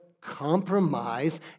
compromise